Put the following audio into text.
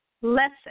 lesson